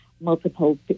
multiple